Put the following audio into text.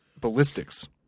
ballistics